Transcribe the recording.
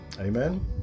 Amen